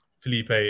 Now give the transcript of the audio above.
Felipe